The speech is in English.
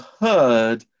heard